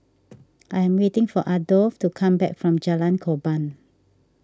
I'm waiting for Adolf to come back from Jalan Korban